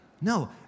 No